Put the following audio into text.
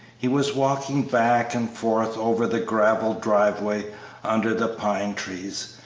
he was walking back and forth over the gravelled driveway under the pine-trees,